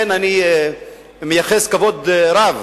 אני מייחס כבוד רב